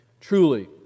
truly